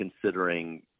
considering